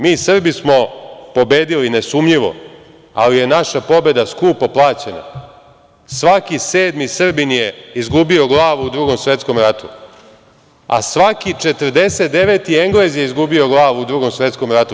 Mi Srbi smo pobedili nesumnjivo, ali je naša pobeda skupo plaćena, svaki sedmi Srbin je izgubio glavu u Drugom svetskom ratu, a svaki 49 Englez je izgubio glavu u Drugom svetskom ratu.